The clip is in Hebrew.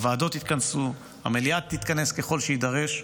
הוועדות יתכנסו, המליאה תתכנס ככל שיידרש,